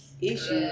Issues